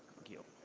thank you.